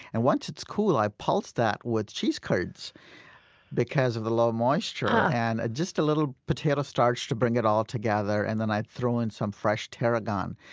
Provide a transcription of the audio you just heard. and once it's cool i pulse that with cheese curds because of the low moisture. ah and just a little potato starch to bring it all together, and then i throw in fresh tarragon.